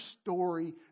story